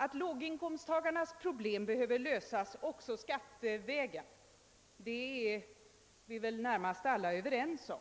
Att låginkomsttagarnas problem behöver lösas också skattevägen är vi väl alla överens om,